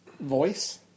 voice